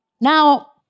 Now